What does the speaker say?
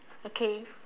okay